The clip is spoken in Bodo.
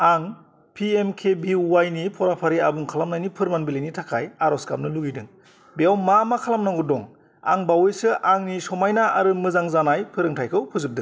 आं P M K B Y नि फराफारि आबुं खालामनायनि फोरमान बिलाइनि थाखाय आर'ज गाबनो लुबैदों बेयाव मा मा खालामनांगौ दं आं बावैसो आंनि समायना आरो मोजां जानाय फोरोंथाइखौ फोजोबदों